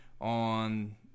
on